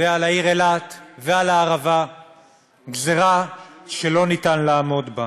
ועל העיר אילת ועל הערבה גזרה שלא ניתן לעמוד בה.